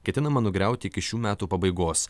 ketinama nugriauti iki šių metų pabaigos